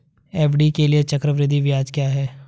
FD के लिए चक्रवृद्धि ब्याज क्या है?